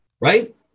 right